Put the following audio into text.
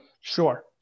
Sure